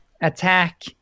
attack